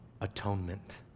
atonement